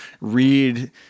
read